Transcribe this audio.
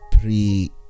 pre